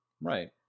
Right